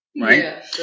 right